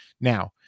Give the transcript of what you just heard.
Now